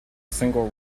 single